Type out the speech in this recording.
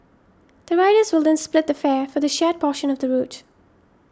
the riders will then split the fare for the shared portion of the route